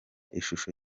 ishusho